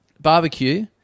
Barbecue